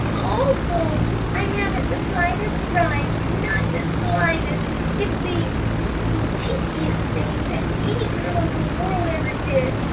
awful! i haven't the slightest right! not the slightest! it's the the cheekiest thing that any girl in the world ever did.